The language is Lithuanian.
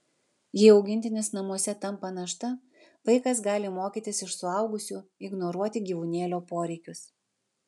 jei augintinis namuose tampa našta vaikas gali mokytis iš suaugusių ignoruoti gyvūnėlio poreikius